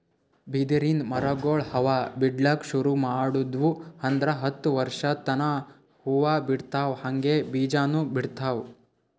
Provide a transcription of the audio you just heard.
ಬಿದಿರಿನ್ ಮರಗೊಳ್ ಹೂವಾ ಬಿಡ್ಲಕ್ ಶುರು ಮಾಡುದ್ವು ಅಂದ್ರ ಹತ್ತ್ ವರ್ಶದ್ ತನಾ ಹೂವಾ ಬಿಡ್ತಾವ್ ಹಂಗೆ ಬೀಜಾನೂ ಬಿಡ್ತಾವ್